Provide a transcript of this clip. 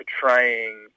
portraying